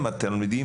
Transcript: התלמידים,